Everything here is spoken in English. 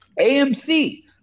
AMC